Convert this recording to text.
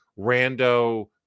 rando